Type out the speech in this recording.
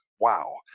Wow